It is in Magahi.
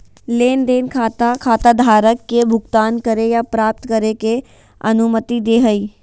लेन देन खाता खाताधारक के भुगतान करे या प्राप्त करे के अनुमति दे हइ